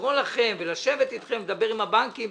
לקרוא לכם ולשבת אתכם ולדבר עם הבנקים.